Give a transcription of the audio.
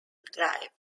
drive